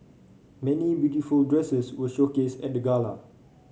many beautiful dresses were showcased at the gala